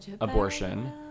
abortion